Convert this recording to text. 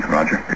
Roger